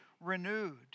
renewed